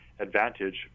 Advantage